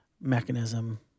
mechanism